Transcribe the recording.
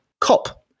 COP